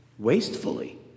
Wastefully